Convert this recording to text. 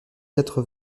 quatre